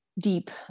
deep